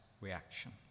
reaction